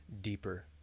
deeper